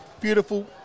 Beautiful